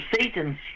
Satan's